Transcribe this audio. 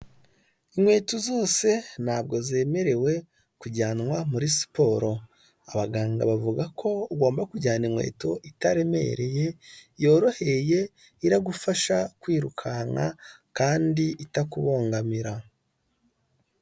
Inkweto zose ntabwo zemerewe kujyanwa muri siporo, abaganga bavuga ko, ugomba kujyana inkweto itaremereye, yoroheye, iragufasha kwirukanka kandi itakubangamira.